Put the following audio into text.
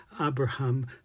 Abraham